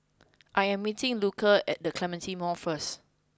I am meeting Luca at The Clementi Mall first